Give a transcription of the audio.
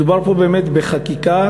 מדובר פה באמת בחקיקה,